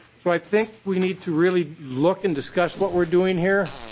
so i think we need to really look and discuss what we are doing here